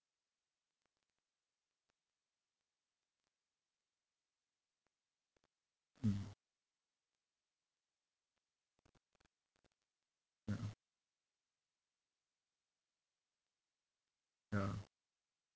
mm ya ya